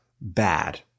bad